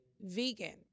vegan